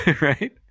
right